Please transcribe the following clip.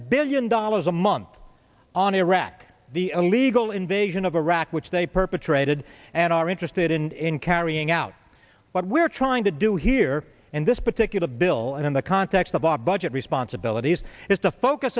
billion dollars a month on iraq the illegal invasion of iraq which they perpetrated and are interested in carrying out what we're trying to do here in this particular bill and in the context of the budget responsibilities is to